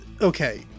Okay